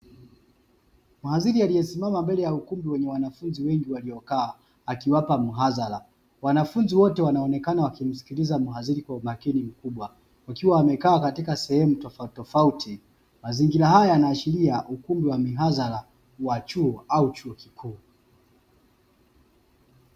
Mhadhiri aliyesimama mbele ya ukumbi wa wanafunzi wengi waliokaa, akiwapa mhadhara. Wanafunzi wote wanaonekana wakimsikiliza mhadhiri kwa umakini mkubwa, wakiwa wamekaa katika sehemu tofautitofauti. Mazingira haya yanaashiria ukumbi wa mihadhara wa chuo au chuo kikuu.